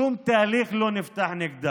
שום תהליך לא נפתח נגדם,